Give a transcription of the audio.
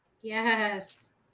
Yes